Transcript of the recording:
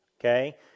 Okay